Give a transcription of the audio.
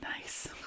Nice